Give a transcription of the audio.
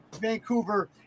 Vancouver